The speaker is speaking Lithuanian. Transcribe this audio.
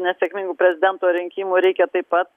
nesėkmingų prezidento rinkimų reikia taip pat